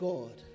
God